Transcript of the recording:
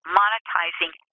monetizing